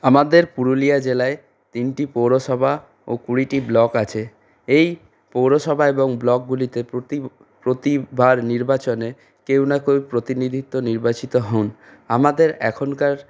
আমাদের পুরুলিয়া জেলায় তিনটি পৌরসভা ও কুড়িটি ব্লক আছে এই পৌরসভা এবং ব্লকগুলিতে প্রতি প্রতিবার নির্বাচনে কেউ না কেউ প্রতিনিধি নির্বাচিত হন আমাদের এখনকার